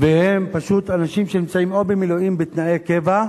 והם אנשים שנמצאים או במילואים בתנאי קבע,